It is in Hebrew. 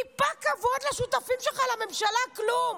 טיפה כבוד לשותפים שלך לממשלה, כלום.